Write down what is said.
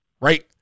right